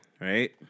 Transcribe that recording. Right